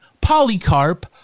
Polycarp